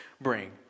bring